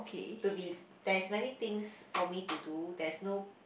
to be there's many things for me to do there's no